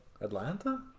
Atlanta